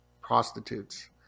prostitutes